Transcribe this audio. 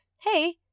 hey